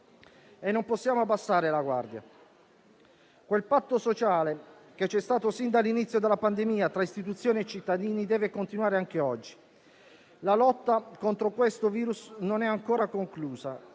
e non possiamo abbassare la guardia. Quel patto sociale che c'è stato sin dall'inizio della pandemia tra istituzioni e cittadini deve continuare anche oggi. La lotta contro questo virus non è ancora conclusa